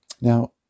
Now